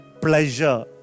pleasure